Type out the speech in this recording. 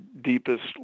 deepest